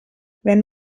wenn